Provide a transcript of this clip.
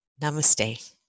Namaste